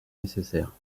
nécessaire